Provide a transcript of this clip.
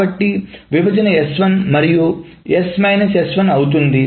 కాబట్టి విభజన S1 మరియు అవుతుంది